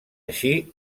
així